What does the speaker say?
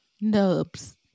Nubs